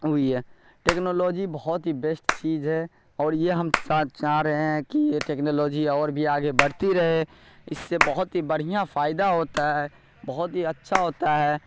ہوئی ہے ٹیکنالوجی بہت ہی بیشٹ چیز ہے اور یہ ہم چاہ رہے ہیں کہ یہ ٹیکنالوجی اور بھی آگے بڑھتی رہے اس سے بہت ہی بڑھیا فائدہ ہوتا ہے بہت ہی اچھا ہوتا ہے